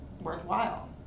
worthwhile